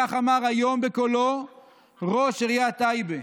כך אמר היום בקולו ראש עיריית טייבה.